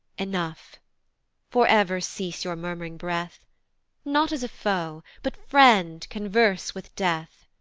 enough for ever cease your murm'ring breath not as a foe, but friend converse with death,